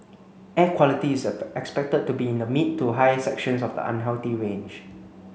air quality is expected to be in the mid to high sections of the unhealthy range